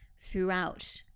throughout